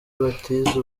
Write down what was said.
batize